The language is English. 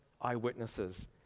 eyewitnesses